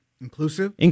Inclusive